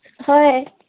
ꯍꯣꯏ